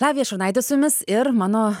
lavija šurnaitė su jumis ir mano